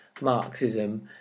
Marxism